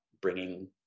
bringing